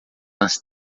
nas